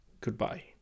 Goodbye